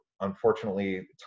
Unfortunately